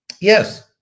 Yes